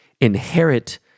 inherit